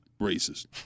racist